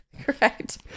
Correct